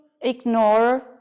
ignore